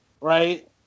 Right